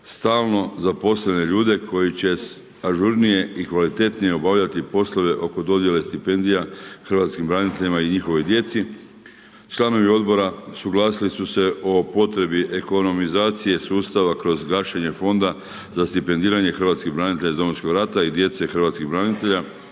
stalno zaposlene ljude, koji će ažurnije i kvalitetnije obavljati poslove oko dodjele stipendije hrvatskim braniteljima i njihovoj djeci. Članovi odbor suglasili su se o potrebi ekonomičnije sustava kroz gašenje fonda za stipendiranje hrvatskih branitelja iz Domovinskog rata i djece hrvatskih branitelja